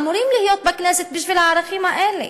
אמורים להיות בכנסת בשביל הערכים האלה.